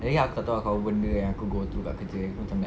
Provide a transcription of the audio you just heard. niari aku tak tahu aku apa benda kan aku go through kat kerja aku macam like